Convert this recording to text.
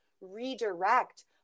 redirect